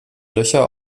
löcher